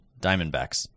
Diamondbacks